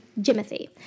Jimothy